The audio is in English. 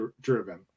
driven